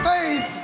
Faith